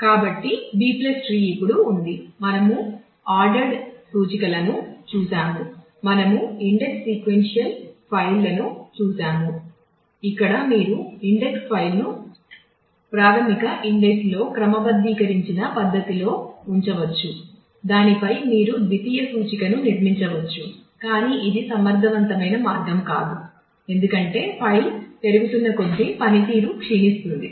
కాబట్టి B tree ఇప్పుడు ఉంది మనము ఆర్డెర్డ్ సూచికలను లో క్రమబద్ధీకరించిన పద్ధతిలో ఉంచవచ్చు దానిపై మీరు ద్వితీయ సూచికను నిర్మించవచ్చు కానీ ఇది సమర్థవంతమైన మార్గం కాదు ఎందుకంటే ఫైల్ పెరుగుతున్న కొద్దీ పనితీరు క్షీణిస్తుంది